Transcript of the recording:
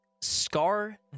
scar